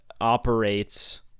operates